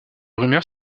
rumeurs